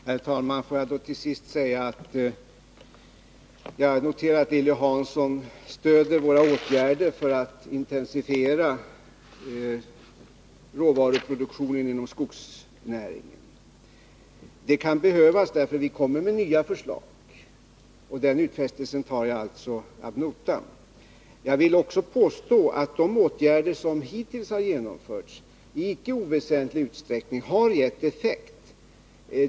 Herr talman! Jag noterar till sist att Lilly Hansson stöder våra åtgärder för att intensifiera råvaruproduktionen inom skogsnäringen. Det kan behövas, eftersom vi kommer med nya förslag, och den utfästelsen tar jag alltså ad notam. Jag vill också påstå att de åtgärder som hittills har genomförts i icke oväsentlig utsträckning har gett effekt.